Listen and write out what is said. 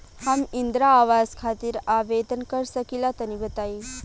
हम इंद्रा आवास खातिर आवेदन कर सकिला तनि बताई?